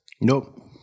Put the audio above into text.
Nope